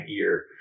ear